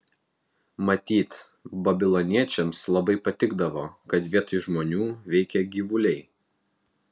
matyt babiloniečiams labai patikdavo kad vietoj žmonių veikia gyvuliai